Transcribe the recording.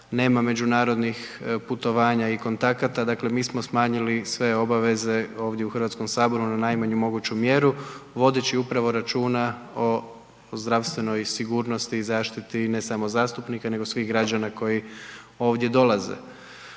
nema međunarodnih putovanja i kontakata, dakle mi smo smanjili sve obaveze ovdje u HS-u na najmanju moguću mjeru vodeći upravo računa o zdravstvenoj sigurnosti i zaštiti, ne samo zastupnika nego svih građana koji ovdje dolaze.